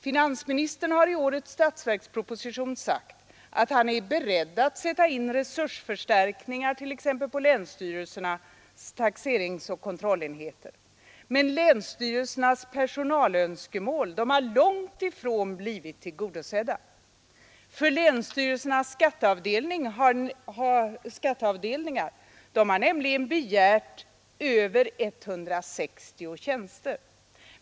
Finansministern har i årets statsverksproposition sagt att han är beredd att sätta in resursförstärkningar t.ex. på länsstyrelsernas taxeringsoch kontrollenheter. Men länsstyrelsernas personalönskemål har långt ifrån blivit tillgodosedda. Länsstyrelsernas skatteavdelningar har nämligen begärt över 160 tjänster.